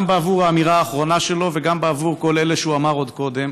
גם בעבור האמירה האחרונה שלו וגם בעבור כל אלה שהוא אמר עוד קודם.